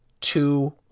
two